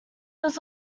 was